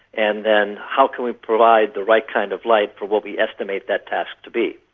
and then how can we provide the right kind of light for what we estimate that task to be?